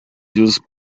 use